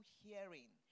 hearing